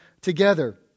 together